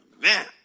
Man